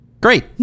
Great